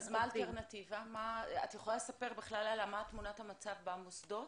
את יכולה לספר מה תמונת המצב במוסדות?